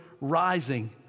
rising